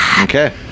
Okay